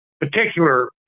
particular